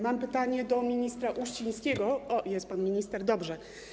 Mam pytanie do ministra Uścińskiego, jest pan minister, dobrze.